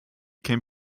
can